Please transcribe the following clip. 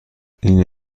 این